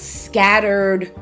scattered